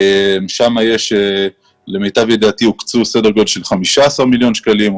שם למיטב ידיעתי הוקצה סדר גודל של 15 מיליון שקלים,